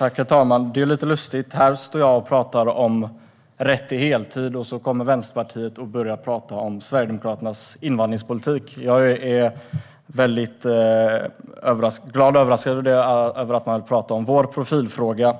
Herr talman! Det är lite lustigt. Här står jag och talar om rätt till heltid, och så kommer Vänsterpartiet och börjar prata om Sverigedemokraternas invandringspolitik. Jag är glatt överraskad över att man vill tala om vår profilfråga.